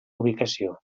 ubicació